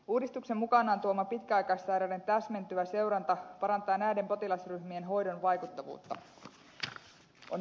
uudistuksen mukanaan tuoma pitkäaikaissairaiden täsmentyvä seuranta parantaa näiden potilasryhmien hoidon vaikuttavuutta